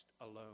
alone